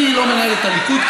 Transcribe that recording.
אני לא מנהל את הליכוד,